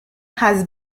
has